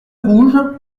rouge